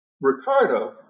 Ricardo